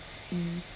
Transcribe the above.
mm